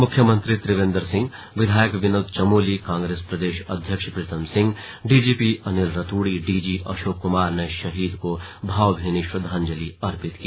मुख्यमंत्री त्रिवेन्द्र सिंह विधायक विनोद चमोली कांग्रेस प्रदेश अध्यक्ष प्रीतम सिंह डीजीपी अनिल रतूड़ी डीजी अशोक कुमार ने शहीद को भावभीनी श्रद्धांजलि अर्पित की